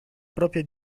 propria